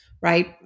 right